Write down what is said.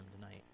tonight